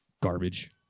garbage